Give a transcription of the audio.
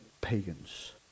pagans